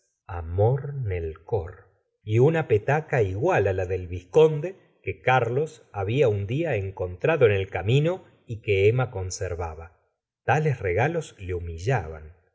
rnor nel cor y una petaca igual á la del vizconde que carlos babia un día encontrado en el camino y que emma conservaba tales regalos le humillaban